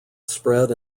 spread